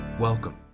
Welcome